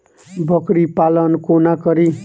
बकरी पालन कोना करि?